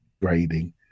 grading